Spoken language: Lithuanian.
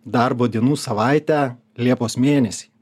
darbo dienų savaitę liepos mėnesį